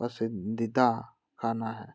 पसंदीदा खाना हई